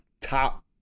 top